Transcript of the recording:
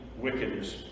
wickedness